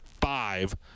five